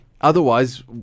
Otherwise